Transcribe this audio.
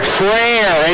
prayer